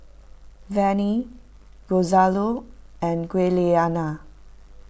Vannie Gonzalo and Giuliana